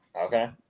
Okay